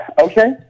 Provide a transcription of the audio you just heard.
Okay